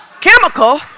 chemical